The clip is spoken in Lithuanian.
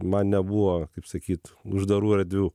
man nebuvo kaip sakyt uždarų erdvių